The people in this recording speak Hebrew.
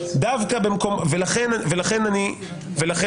יש לי